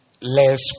less